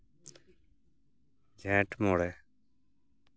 ᱡᱷᱮᱸᱴ ᱢᱚᱬᱮ